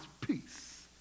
peace